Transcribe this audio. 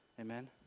Amen